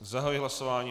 Zahajuji hlasování.